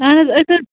اَہن حظ أسۍ حظ